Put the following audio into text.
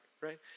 right